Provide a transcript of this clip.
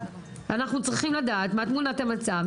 אנחנו צריכים לדעת מה תמונת המצב,